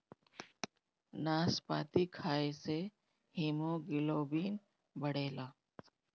नाशपाती खाए से हिमोग्लोबिन बढ़ेला